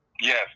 Yes